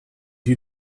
you